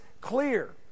clear